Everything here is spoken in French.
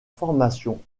formation